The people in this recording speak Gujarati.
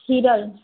હિરલ